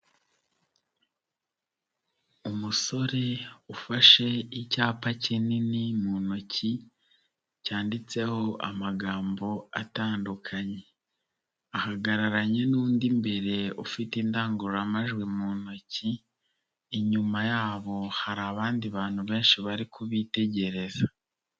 Umusore ufashe icyapa kinini mu ntoki, cyanditseho amagambo atandukanye. Ahagararanye n'undi mbere ufite indangururamajwi mu ntoki, inyuma yabo hari abandi bantu benshi bari kubitegereza.